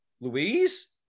Louise